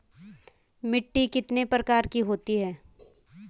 मिट्टी कितने प्रकार की होती है?